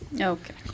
okay